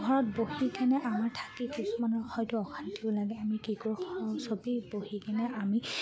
ঘৰত বহি কিনে আমাৰ থাকি কিছুমানৰ হয়তো অশান্তিও লাগে আমি কি কৰোঁ চবেই বহি কিনে আমি